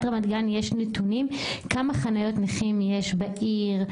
רמת גן יש נתונים כמה חניות נכים יש בעיר,